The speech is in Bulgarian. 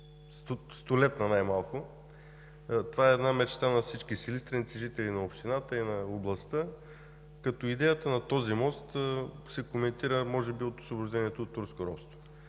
столетна. Това е една мечта на всички силистренци, жители на общината и на областта, като идеята за този мост се коментира може би от Освобождението от турско робство.